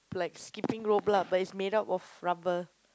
like skipping rope lah but it's made up of rubber